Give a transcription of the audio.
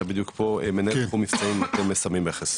אתה בדיוק פה, מנהל תחום מבצעים רשות המיסים, מכס.